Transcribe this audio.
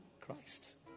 Christ